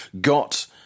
got